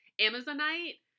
Amazonite